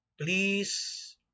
Please